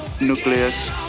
nucleus